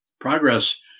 Progress